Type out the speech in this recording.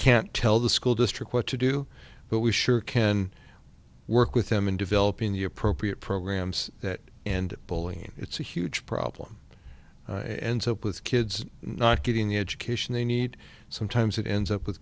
can't tell the school district what to do but we sure can work with them in developing the appropriate programs that end bullying it's a huge problem and soap with kids not getting the education they need sometimes it ends up with